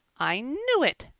i knew it!